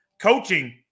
coaching